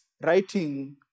writing